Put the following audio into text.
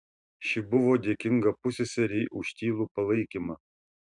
ši buvo dėkinga pusseserei už tylų palaikymą